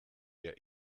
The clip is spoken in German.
der